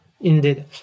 Indeed